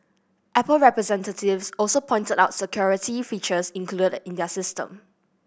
apple representatives also pointed out security features included in their system